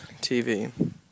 TV